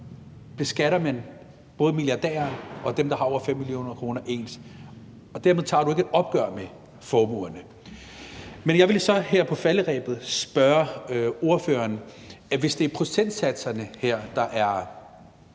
beskatter man både milliardærer og dem, der har over 5 mio. kr., ens, og dermed tager du ikke et opgør med formuerne. Men jeg vil her på falderebet spørge ordføreren, om SF, hvis det er procentsatserne her, der